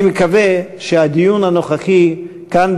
אני מקווה שהדיון הנוכחי כאן,